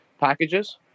packages